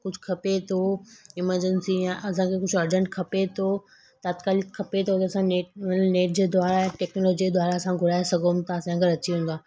कुझु खपे थो एमरजेंसी या असांखे कुझु अर्जंट खपे तो तत्काल खपे थो की असां नेट नेट जे द्वारा टेक्नोलॉजीअ द्वारा असां घुराए सघूं था असांजे घरु अची वेंदो आहे